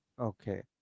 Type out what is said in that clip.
Okay